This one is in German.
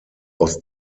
aus